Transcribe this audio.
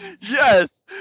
Yes